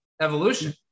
evolution